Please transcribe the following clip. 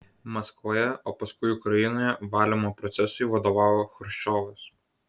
maskvoje o paskui ukrainoje valymo procesui vadovavo chruščiovas